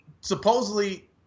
Supposedly